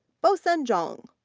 bosen zhang,